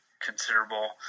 considerable